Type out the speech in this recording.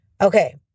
Okay